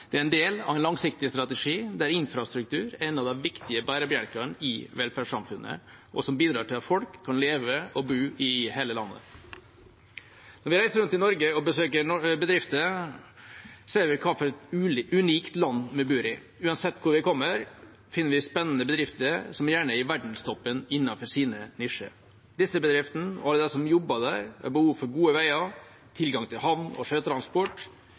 Det er en del av en langsiktig strategi der infrastruktur er en av de viktige bærebjelkene i velferdssamfunnet, og som bidrar til at folk kan leve og bo i hele landet. Når vi reiser rundt i Norge og besøker bedrifter, ser vi hvilket unikt land vi bor i. Uansett hvor vi kommer, finner vi spennende bedrifter som gjerne er i verdenstoppen innenfor sine nisjer. Disse bedriftene og alle de som jobber der, har behov for gode veier, tilgang til havn og sjøtransport